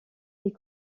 est